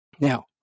Now